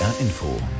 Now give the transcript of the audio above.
Info